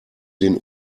den